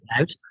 out